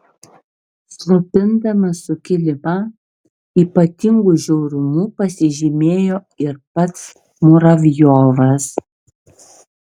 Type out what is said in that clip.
slopindamas sukilimą ypatingu žiaurumu pasižymėjo ir pats muravjovas